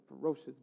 ferocious